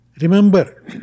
remember